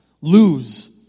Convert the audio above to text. lose